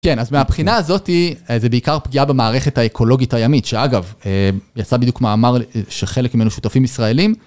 כן, אז מהבחינה הזאת, זה בעיקר פגיעה במערכת האקולוגית הימית, שאגב, יצא בדיוק מאמר שחלק ממנו שותפים ישראלים.